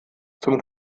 zum